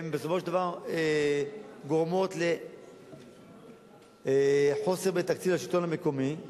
הן בסופו של דבר גורמות חוסר בתקציב השלטון המקומי.